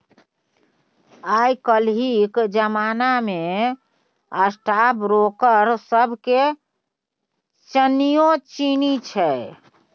आय काल्हिक जमाना मे स्टॉक ब्रोकर सभके चानिये चानी छै